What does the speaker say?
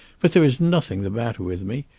but there is nothing the matter with me.